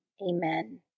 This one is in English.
Amen